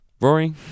Rory